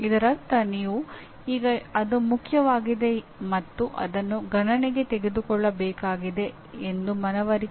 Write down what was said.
ಇದರರ್ಥ ನೀವು ಈಗ ಅದು ಮುಖ್ಯವಾಗಿದೆ ಮತ್ತು ಅದನ್ನು ಗಣನೆಗೆ ತೆಗೆದುಕೊಳ್ಳಬೇಕಾಗಿದೆ ಎಂದು ಮನವರಿಕೆ ಮಾಡಿಕೊಳ್ಳುತ್ತಿರುವಿರಿ